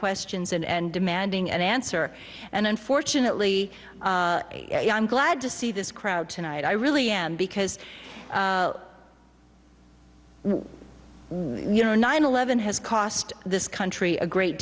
questions and demanding an answer and unfortunately i'm glad to see this crowd tonight i really am because we were you know nine eleven has cost this country a great